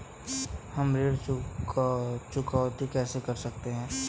हम ऋण चुकौती कैसे कर सकते हैं?